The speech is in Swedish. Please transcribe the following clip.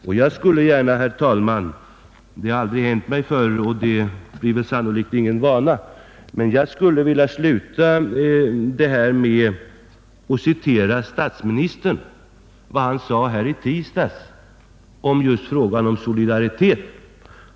Och jag skulle gärna, herr talman — jag har aldrig gjort det förut och det blir sannolikt ingen vana — vilja sluta detta inlägg med att citera vad statsministern sade här i tisdags just i fråga om solidariteten.